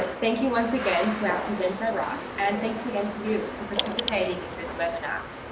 ah thank you, once again, to our presenter ross and thanks again to you for participating in this webinar.